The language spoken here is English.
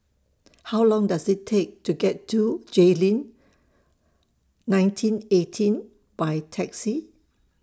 How Long Does IT Take to get to Jayleen nineteen eighteen By Taxi